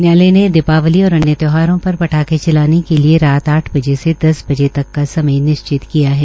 न्यायालय ने दीपावली और अन्य त्यौहारों पर पटाखे चलाने के लिए रात आठ बजे से दस बजे तक का समय निश्चित किया है